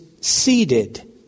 seated